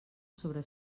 sobre